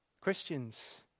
Christians